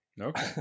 Okay